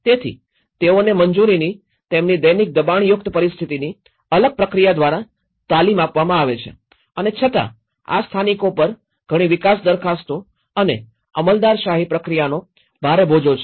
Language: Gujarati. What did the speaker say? તેથી તેઓને મંજૂરીની તેમની દૈનિક દબાણયુક્ત પરિસ્થિતિની અલગ પ્રક્રિયા દ્વારા તાલીમ આપવામાં આવે છે અને છતાં આ સ્થાનિકો પરઘણી વિકાસ દરખાસ્તો અને અમલદારશાહી પ્રક્રિયાનો ભારે બોજો છે